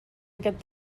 aquest